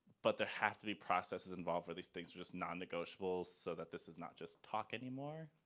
but there have to be processes involved where these things are just non-negotiable so that this is not just talk anymore.